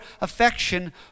affection